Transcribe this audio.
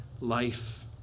life